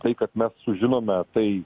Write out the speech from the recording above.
tai kad mes sužinome tai